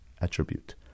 attribute